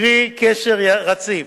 קרי קשר רציף,